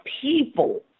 people